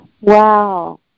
Wow